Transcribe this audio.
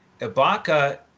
Ibaka